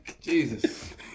Jesus